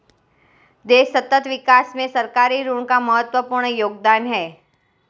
देश सतत विकास में सरकारी ऋण का महत्वपूर्ण योगदान है